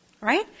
Right